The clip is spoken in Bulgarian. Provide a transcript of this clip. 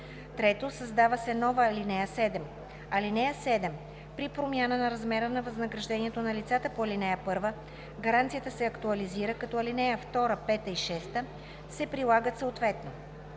3. Създава се нова ал. 7: „(7) При промяна на размера на възнаграждението на лицата по ал. 1 гаранцията се актуализира, като ал. 2, 5 и 6 се прилагат съответно.“